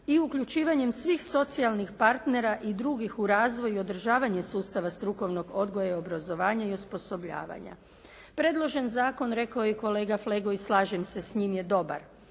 i uključivanjem svih socijalnih partnera i drugih u razvoj i održavanje sustava strukovnog odgoja i obrazovanja i osposobljavanja. Predloženi zakon, rekao je i kolega Flego i slažem se s njim, je dobar.